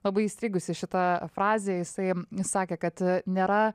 labai įstrigusi šita frazė jisai sakė kad nėra